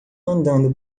andando